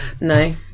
No